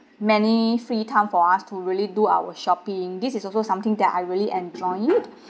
many free time for us to really do our shopping this is also something that I really enjoyed